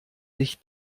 sich